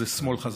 זה שמאל חזק.